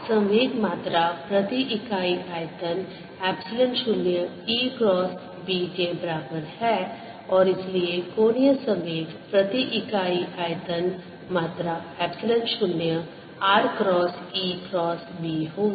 संवेग मात्रा प्रति इकाई आयतन एप्सिलॉन 0 E क्रॉस B के बराबर है और इसलिए कोणीय संवेग प्रति इकाई आयतन मात्रा epsilon 0 r cross E cross B होगी